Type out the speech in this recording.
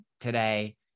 today